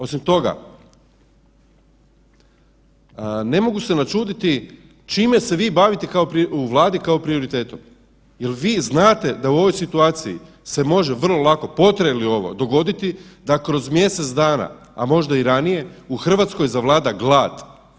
Osim toga, ne mogu se načuditi čime se vi bavite u Vladi kao prioritetu, jel vi znate da u ovoj situaciji se može vrlo lako, potraje li ovo dogoditi da kroz mjesec dana, a možda i ranije u Hrvatskoj zavlada glad.